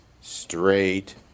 straight